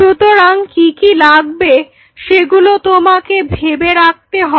সুতরাং কি কি লাগবে সেগুলো তোমাকে ভেবে রাখতে হবে